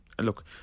look